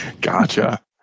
Gotcha